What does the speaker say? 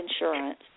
insurance